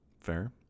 Fair